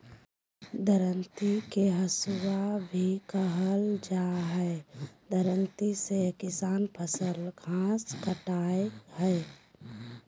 दरांती के हसुआ भी कहल जा हई, दरांती से किसान फसल, घास काटय हई